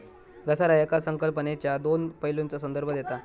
घसारा येकाच संकल्पनेच्यो दोन पैलूंचा संदर्भ देता